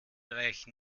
reichen